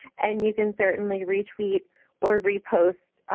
and you can certainly retweet or repost